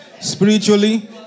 spiritually